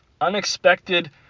Unexpected